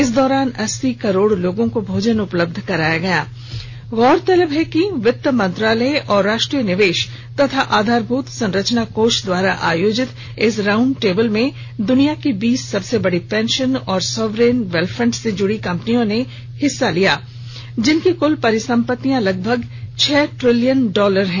इस दौरान अस्सी करोड़ लोगों को भोजन उपलब्ध कराया गयज्ञं गौरतलब है कि वित्त मंत्रालय और राष्ट्रीय निवेश तथा आधारभूत संरचना कोष द्वारा आयोजित इस राउंड टेबल में दुनिया की बीस सबसे बड़ी पेंशन और सॉवरिन वेलफंड से जुड़ी कंपनियों ने हिस्सा ले रही है जिनकी कुल परिसंपत्तियां लगभग छह ट्रिलियन डॉलर है